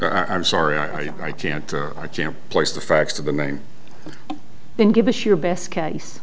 e i'm sorry i i can't i can't place the facts to the name and give us your best